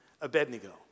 Abednego